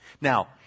Now